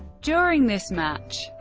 during this match,